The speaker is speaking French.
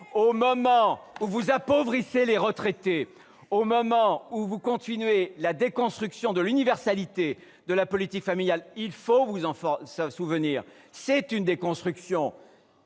Au moment où vous appauvrissez les retraités, au moment où vous poursuivez la déconstruction de l'universalité de la politique familiale, il faut vous en souvenir ! Ne vous